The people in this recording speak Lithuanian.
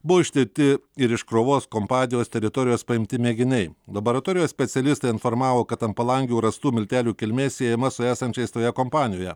buvo ištirti ir iš krovos kompanijos teritorijos paimti mėginiai laboratorijos specialistai informavo kad ant palangių rastų miltelių kilmė siejama su esančiais toje kompanijoje